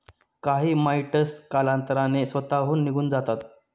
काही माइटस कालांतराने स्वतःहून निघून जातात